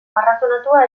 arrazonatua